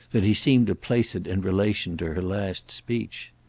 that he seemed to place it in relation to her last speech.